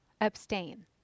abstain